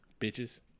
Bitches